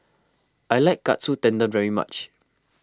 I like Katsu Tendon very much